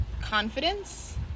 confidence